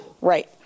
Right